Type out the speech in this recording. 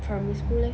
primary school leh